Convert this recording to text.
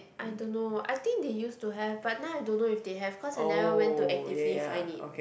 I don't know I think they used to have but now I don't know if they have cause I never went to actively find it